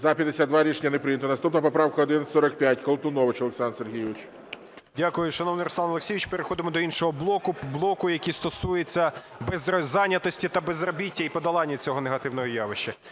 За-52 Рішення не прийнято. Наступна поправка 1145, Колтунович Олександр Сергійович. 14:21:28 КОЛТУНОВИЧ О.С. Дякую, шановний Руслан Олексійович. Переходимо до іншого блоку, блоку, який стосується незайнятості і безробіття і подолання цього негативного явища.